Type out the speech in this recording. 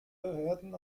behörden